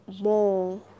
more